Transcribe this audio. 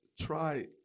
try